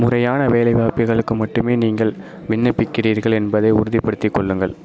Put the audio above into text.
முறையான வேலை வாய்ப்புகளுக்கு மட்டுமே நீங்கள் விண்ணப்பிக்கிறீர்கள் என்பதை உறுதிப்படுத்திக் கொள்ளுங்கள்